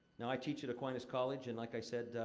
now, i teach at aquinas college, and like i said,